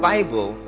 Bible